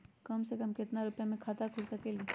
कम से कम केतना रुपया में खाता खुल सकेली?